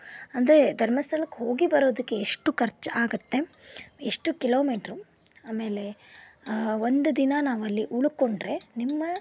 ಅಂದರೆ ಧರ್ಮಸ್ಥಳಕ್ಕೆ ಹೋಗಿ ಬರೋದಕ್ಕೆ ಎಷ್ಟು ಖರ್ಚು ಆಗತ್ತೆ ಎಷ್ಟು ಕಿಲೋಮೀಟರ್ ಆಮೇಲೆ ಒಂದು ದಿನ ನಾವಲ್ಲಿ ಉಳಕೊಂಡ್ರೆ ನಿಮ್ಮ